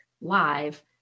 Live